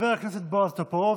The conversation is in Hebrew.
חבר הכנסת בועז טופורובסקי,